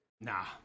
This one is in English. nah